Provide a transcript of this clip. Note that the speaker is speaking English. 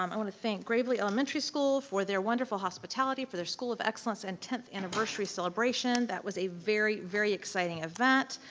um i wanna thank gravely elementary school for their wonderful hospitality, for their school of excellence and tenth anniversary celebration. that was a very, very exciting event.